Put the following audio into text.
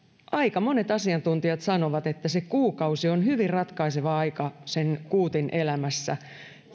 aika monet asiantuntijat sanovat että se kuukausi on hyvin ratkaiseva aika sen kuutin elämässä